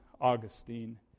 Augustine